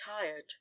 tired